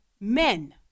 men